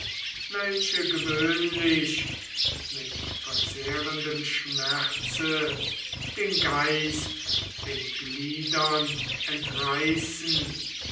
welche gewöhnlich mit verzehrendem schmerze den geist den gliedern entreißen